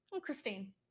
Christine